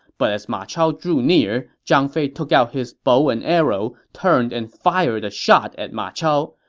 but as ma chao drew near, zhang fei took out his bow and arrow, turned, and fired a shot at ma chao.